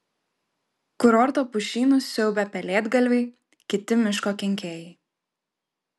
kurorto pušynus siaubia pelėdgalviai kiti miško kenkėjai